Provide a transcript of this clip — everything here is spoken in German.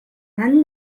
mann